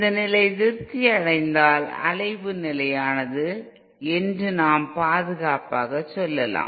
இந்த நிலை திருப்தி அடைந்தால் அலைவு நிலையானது என்று நாம் பாதுகாப்பாக சொல்லலாம்